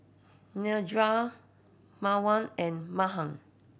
Niraj Pawan and Mahan